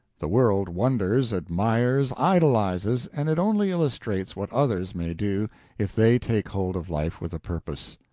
the world wonders, admires, idolizes, and it only illustrates what others may do if they take hold of life with a purpose.